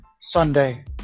Sunday